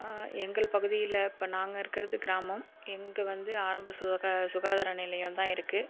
எங்கள் பகுதியில் இப்போ நாங்கள் இருக்கிறது கிராமம் இங்கே வந்து ஆரம்ப சுஹாக சுகாதார நிலையம் தான் இருக்கு